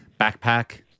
backpack